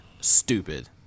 stupid